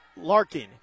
Larkin